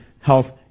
health